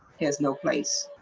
he has no place.